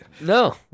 No